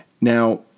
Now